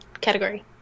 category